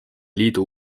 liidu